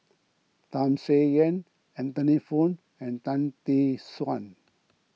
Tham Sien Yen Anthony Poon and Tan Tee Suan